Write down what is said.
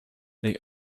they